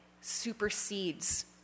supersedes